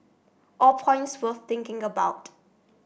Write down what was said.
all points worth thinking about